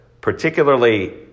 particularly